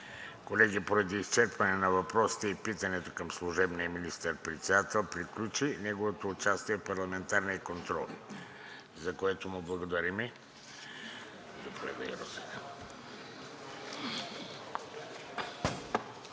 Колеги, поради изчерпване на въпросите и питането към служебния министър-председател приключи неговото участие в парламентарния контрол, за което му благодарим.